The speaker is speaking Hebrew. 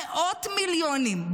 מאות מיליונים,